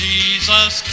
Jesus